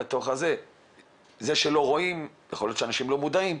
וזה שלא רואים יכול להיות שאנשים לא מודעים.